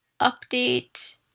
update